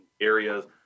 areas